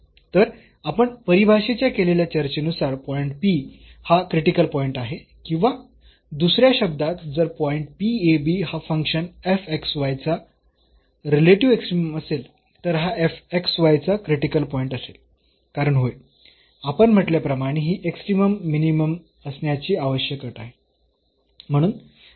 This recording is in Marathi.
तर आपण परिभाषेच्या केलेल्या चर्चेनुसार पॉईंट हा क्रिटिकल पॉईंट आहे किंवा दुसऱ्या शब्दांत जर पॉईंट हा फंक्शन चा रिलेटिव्ह एक्स्ट्रीमम असेल तर हा चा क्रिटिकल पॉईंट असेल कारण होय आपण म्हटल्याप्रमाणे ही एक्स्ट्रीमम मिनिमम असण्याची आवश्यक अट आहे